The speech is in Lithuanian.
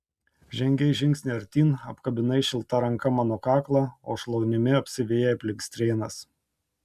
žengei žingsnį artyn apkabinai šilta ranka mano kaklą o šlaunimi apsivijai aplink strėnas